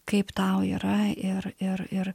kaip tau yra ir ir ir